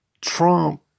Trump